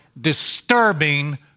disturbing